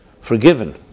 forgiven